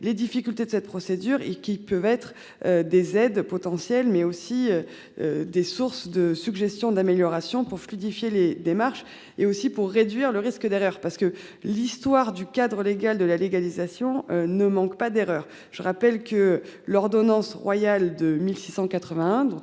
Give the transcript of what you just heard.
les difficultés de cette procédure et qui peuvent être. Des aides potentielles mais aussi. Des sources de suggestions d'amélioration pour fluidifier les démarches et aussi pour réduire le risque d'erreur parce que l'histoire du cadre légal de la légalisation ne manque pas d'erreur. Je rappelle que l'ordonnance royale de 1681